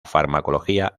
farmacología